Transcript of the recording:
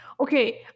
okay